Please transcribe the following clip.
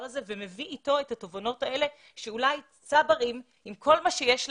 הזה ומביא אתו את התובנות האלה שאולי צברים עם כל מה שיש להם,